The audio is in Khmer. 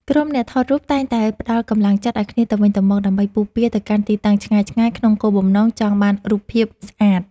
ក្រុមអ្នកថតរូបតែងតែផ្តល់កម្លាំងចិត្តឱ្យគ្នាទៅវិញទៅមកដើម្បីពុះពារទៅកាន់ទីតាំងឆ្ងាយៗក្នុងគោលបំណងចង់បានរូបភាពស្អាត។